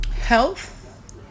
health